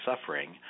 suffering